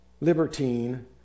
libertine